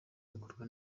gakorwa